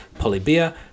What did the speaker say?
Polybia